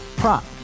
prop